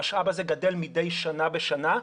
המשאב הזה גדל מדי שנה בשנה,